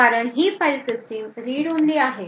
कारण ही file system Read Only आहे